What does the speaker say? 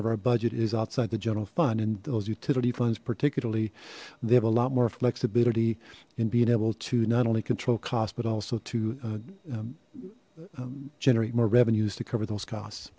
of our budget is outside the general fund and those utility funds particularly they have a lot more flexibility in being able to not only control cost but also to generate more revenues to cover those costs